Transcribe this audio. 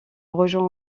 rejoint